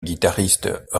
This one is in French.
guitariste